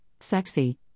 sexy